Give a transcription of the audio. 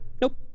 nope